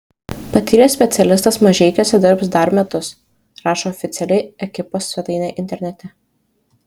patyręs specialistas mažeikiuose dirbs dar metus rašo oficiali ekipos svetainė internete